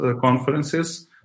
conferences